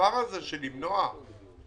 לינור דויטש,